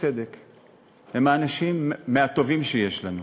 הם אנשים מהטובים שיש לנו,